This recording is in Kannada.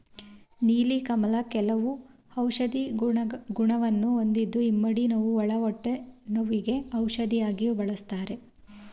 ನೀಲಿ ಕಮಲ ಕೆಲವು ಔಷಧಿ ಗುಣವನ್ನು ಹೊಂದಿದ್ದು ಇಮ್ಮಡಿ ನೋವು, ಒಳ ಹೊಟ್ಟೆ ನೋವಿಗೆ ಔಷಧಿಯಾಗಿಯೂ ಬಳ್ಸತ್ತರೆ